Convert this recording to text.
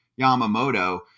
Yamamoto